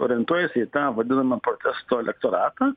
orientuojasi į tą vadinamą protesto elektoratą